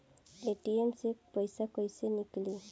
ATM से पैसा कैसे नीकली?